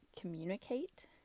communicate